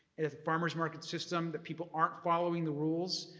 and farmers market system, that people aren't following the rules,